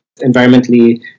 environmentally